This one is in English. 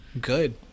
Good